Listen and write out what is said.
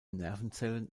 nervenzellen